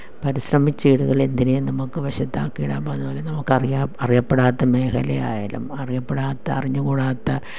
പരിശ്രമിച്ചീടുകിൽ എന്തിനെയും നമുക്ക് വശത്താക്കിയിടാം അതു പോലെ നമുക്കറിയാം അറിയപ്പെടാത്ത മേഘലയായാലും അറിയപ്പെടാത്ത അറിഞ്ഞു കൂടാത്ത